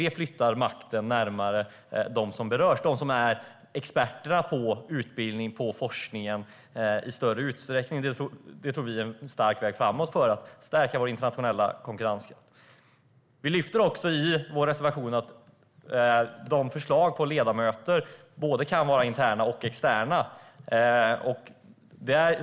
Det flyttar makten närmare dem som berörs, närmare dem som i större utsträckning är experter på utbildning och forskning. Det tror vi är en god väg framåt för att stärka vår internationella konkurrenskraft. Vi lyfter också i vår reservation fram att det kan komma förslag på både interna och externa ledamöter.